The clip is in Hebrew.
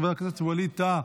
חברת הכנסת ווליד טאהא,